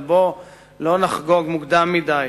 אבל בואו לא נחגוג מוקדם מדי.